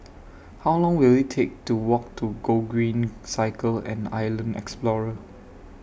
How Long Will IT Take to Walk to Gogreen Cycle and Island Explorer